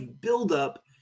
buildup